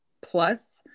plus